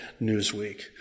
Newsweek